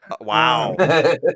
Wow